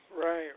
Right